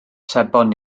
sebon